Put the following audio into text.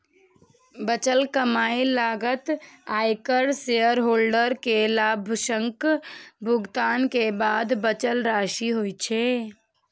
बचल कमाइ लागत, आयकर, शेयरहोल्डर कें लाभांशक भुगतान के बाद बचल राशि होइ छै